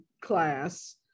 class